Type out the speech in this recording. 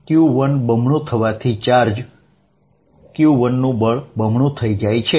Q1 બમણું થવાથી charge Q1 નું બળ બમણું થઈ જાય છે